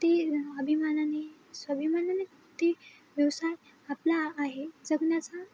ते अभिमानाने स्वाभिमानाने ते व्यवसाय आपला आहे जगण्याचा